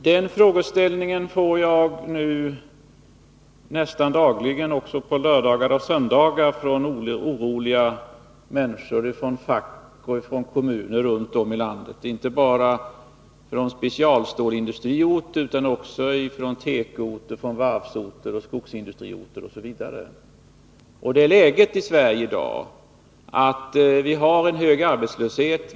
Fru talman! Den frågan får jag nu nästan dagligen, också på lördagar och söndagar, från oroliga människor, från facket och från kommuner runt om i landet, inte bara på specialstålsindustriorter utan också på tekoorter, varvsorter, skogsindustriorter osv. Det är läget i Sverige i dag att vi har en hög arbetslöshet.